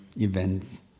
events